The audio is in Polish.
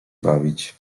bawić